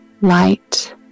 light